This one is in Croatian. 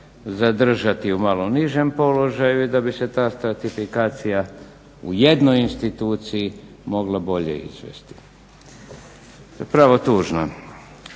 zadržati u malo nižem položaju i da bi se ta stratifikacija u jednoj instituciji mogla bolje izvesti. Zapravo tužno.